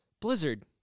Blizzard